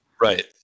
right